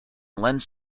lens